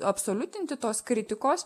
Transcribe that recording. absoliutinti tos kritikos